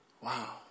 Wow